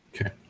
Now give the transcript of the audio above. Okay